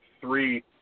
three